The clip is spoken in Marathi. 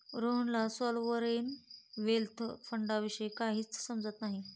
रोहनला सॉव्हरेन वेल्थ फंडाविषयी काहीच समजत नाही